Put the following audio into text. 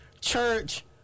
Church